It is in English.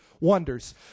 wonders